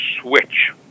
switch